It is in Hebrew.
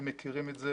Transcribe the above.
הם מכירים את זה,